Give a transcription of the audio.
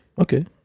okay